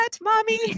mommy